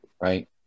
right